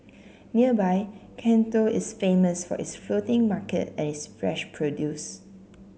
nearby Can Tho is famous for its floating market and its fresh produce